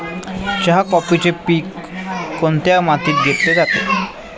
चहा, कॉफीचे पीक कोणत्या मातीत घेतले जाते?